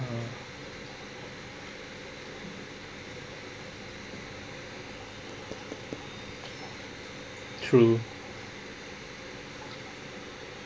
true